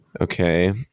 Okay